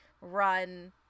run